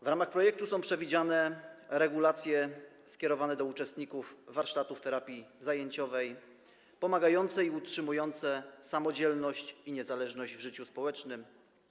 W ramach projektu są przewidziane regulacje skierowane do uczestników warsztatów terapii zajęciowej, pomagające utrzymać samodzielność i niezależność w życiu społecznym.